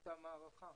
באמצע המערכה.